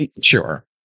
sure